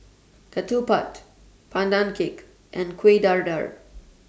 Ketupat Pandan Cake and Kueh Dadar